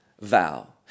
vow